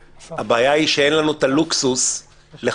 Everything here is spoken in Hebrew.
והבעיה היא שאין לנו את הלוקסוס לחכות